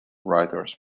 writers